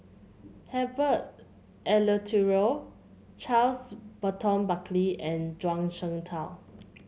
Herbert Eleuterio Charles Burton Buckley and Zhuang Shengtao